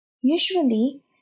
Usually